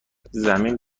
زمین